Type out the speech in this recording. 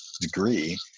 degree